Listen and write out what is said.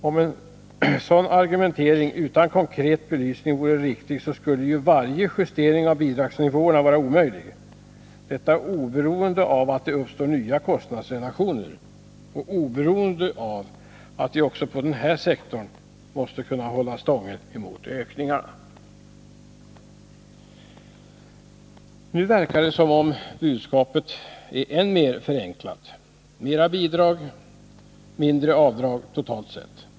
Om en sådan argumentering utan konkret belysning vore riktig, så skulle varje justering av bidragsnivåerna vara omöjlig — detta oberoende av om det uppstår nya kostnadsrelationer och oberoende av om vi också på den här sektorn måste hålla stången när det gäller ökningarna. Nu verkar det som om budskapet är än mer förenklat. Mera bidrag — mindre avdrag, totalt sett.